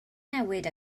newid